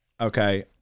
Okay